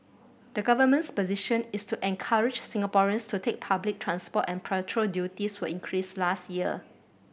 the government's position is to encourage Singaporeans to take public transport and petrol duties were increased last year